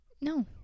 No